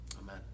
Amen